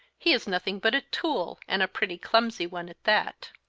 he is nothing but a tool, and a pretty clumsy one at that.